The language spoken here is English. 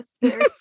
Yes